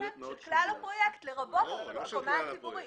של כלל הפרויקט, לרבות הקומה הציבורית.